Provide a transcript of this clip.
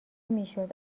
میشد